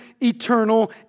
eternal